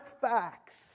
facts